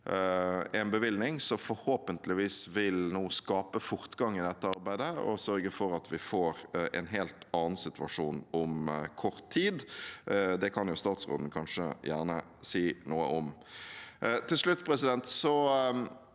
en bevilgning som forhåpentligvis vil skape fortgang i dette arbeidet nå og sørge for at vi får en helt annen situasjon om kort tid. Det kan statsråden gjerne si noe om. Til slutt: SV og